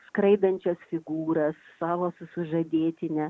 skraidančias figūras savo su sužadėtinę